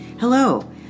Hello